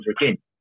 again